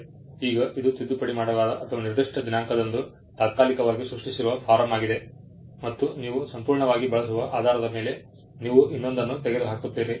ಈಗ ಇದು ತಿದ್ದುಪಡಿ ಮಾಡಲಾದ ಅಥವಾ ನಿರ್ದಿಷ್ಟ ದಿನಾಂಕದಂದು ತಾತ್ಕಾಲಿಕವಾಗಿ ಸೃಷ್ಟಿಸಿರುವ ಫಾರ್ಮ್ ಆಗಿದೆ ಮತ್ತು ನೀವು ಸಂಪೂರ್ಣವಾಗಿ ಬಳಸುವ ಆಧಾರದ ಮೇಲೆ ನೀವು ಇನ್ನೊಂದನ್ನು ತೆಗೆದುಹಾಕುತ್ತೀರಿ